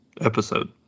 episode